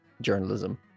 journalism